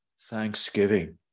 thanksgiving